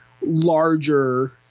larger